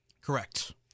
correct